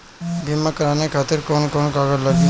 बीमा कराने खातिर कौन कौन कागज लागी?